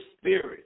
spirit